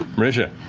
marisha.